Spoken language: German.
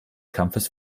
kampfes